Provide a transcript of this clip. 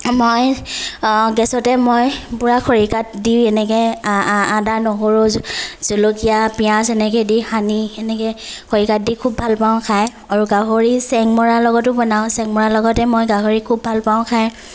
মই গেছতে মই পূৰা খৰিকাত দি এনেকে আদা নহৰু জলকীয়া পিঁয়াজ এনেকে দি সানি সেনেকে খৰিকাত দি খুব ভালপাওঁ খায় আৰু গাহৰি চেংমৰাৰ লগতো বনাওঁ চেংমৰাৰ লগতে মই গাহৰি খুব ভালপাওঁ খায়